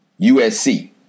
USC